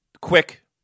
quick